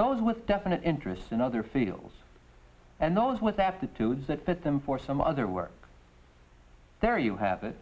those with definite interest in other fields and those with that the tubes that fit them for some other work there you have it